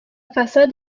façade